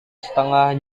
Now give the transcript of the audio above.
setengah